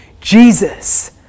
Jesus